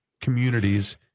communities